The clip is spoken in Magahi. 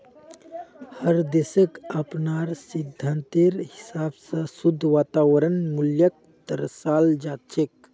हर देशक अपनार सिद्धान्तेर हिसाब स शुद्ध वर्तमान मूल्यक दर्शाल जा छेक